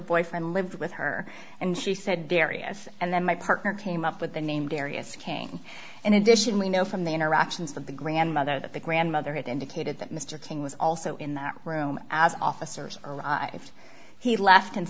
boyfriend lived with her and she said various and then my partner came up with the name various king in addition we know from the interactions of the grandmother that the grandmother had indicated that mr king was also in that room as officers arrived he left and